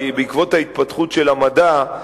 בעקבות התפתחות המדע,